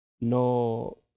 no